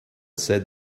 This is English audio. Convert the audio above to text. said